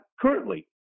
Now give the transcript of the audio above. currently